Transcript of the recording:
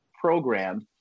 programmed